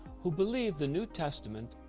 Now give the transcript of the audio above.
who believe the new testament,